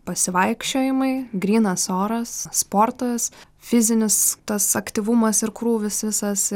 pasivaikščiojimai grynas oras sportas fizinis tas aktyvumas ir krūvis visas